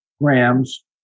grams